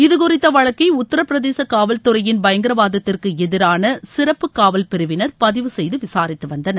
இதுகுறித்த வழக்கை உத்தரப்பிரதேச காவல்துறையின் பயங்கரவாதத்திற்கு எதிரான சிறப்பு காவல் பிரிவினர் பதிவு செய்து விசாரித்து வந்தனர்